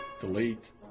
delete